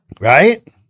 Right